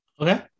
Okay